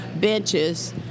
benches